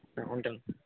ఉంటాను అండి